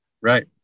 Right